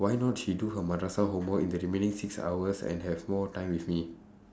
why not she do her homework in the remaining six hours and have more time with me